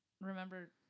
Remember